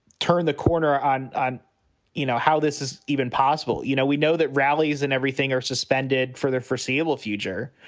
turn the corner on. you know how this is even possible. you know, we know that rallies and everything are suspended for the foreseeable future.